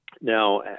Now